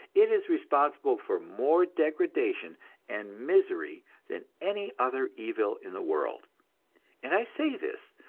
it is responsible for more degradation and misery than any other evil in the world and i say this,